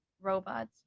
robots